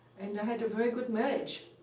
and i had a very good marriage,